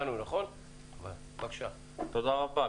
תודה רבה.